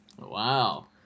Wow